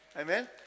Amen